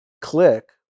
click